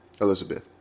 Elizabeth